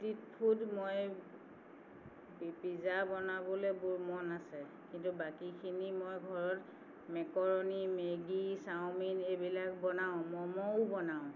street food মই পি pizza বনাবলৈ বৰ মন আছে কিন্তু বাকীখিনি মই ঘৰত মেকৰণি মেগী চাওমিন এইবিলাক বনাওঁ ম'মও বনাওঁ